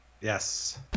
Yes